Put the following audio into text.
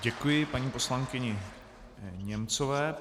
Děkuji paní poslankyni Němcové.